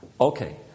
Okay